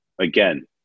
Again